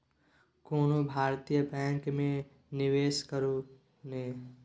कोनो भारतीय बैंक मे निवेश करू ने